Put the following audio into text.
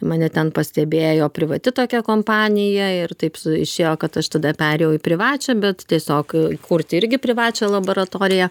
mane ten pastebėjo privati tokia kompanija ir taip išėjo kad aš tada perėjau į privačią bet tiesiog kurt irgi privačią laboratoriją